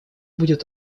будет